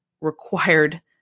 required